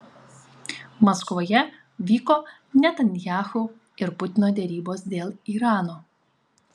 maskvoje vyko netanyahu ir putino derybos dėl irano